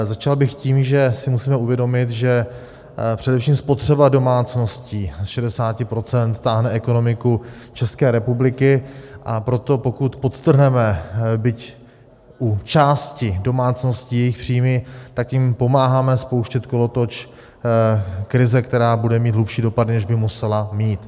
Začal bych tím, že si musíme uvědomit, že především spotřeba domácností z 60 % táhne ekonomiku České republiky, a proto pokud podtrhneme, byť u části domácností, příjmy, tak jim pomáháme spouštět kolotoč krize, která bude mít hlubší dopady, než by musela mít.